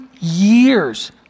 years